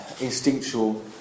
instinctual